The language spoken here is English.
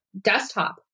desktop